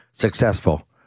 Successful